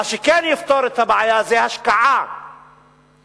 מה שכן יפתור את הבעיה זה השקעה רצינית